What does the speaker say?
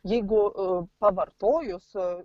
jeigu pavartojus